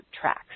tracks